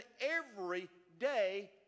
everyday